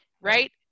right